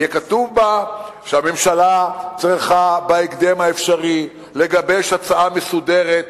יהיה כתוב בה שהממשלה צריכה בהקדם האפשרי לגבש הצעה מסודרת,